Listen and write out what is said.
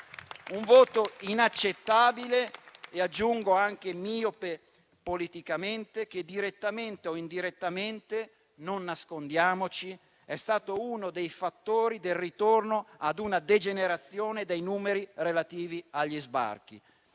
Un voto inaccettabile e aggiungo anche miope politicamente, che direttamente o indirettamente - non nascondiamoci - è stato uno dei fattori del ritorno ad una degenerazione dei numeri relativi agli sbarchi.